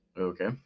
okay